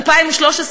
ב-2013,